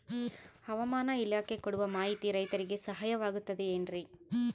ಹವಮಾನ ಇಲಾಖೆ ಕೊಡುವ ಮಾಹಿತಿ ರೈತರಿಗೆ ಸಹಾಯವಾಗುತ್ತದೆ ಏನ್ರಿ?